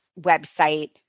website